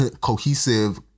cohesive